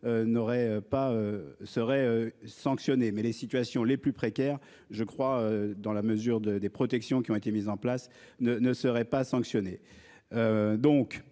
seraient sanctionnés mais les situations les plus précaires. Je crois, dans la mesure de des protections qui ont été mises en place ne ne serait pas sanctionné.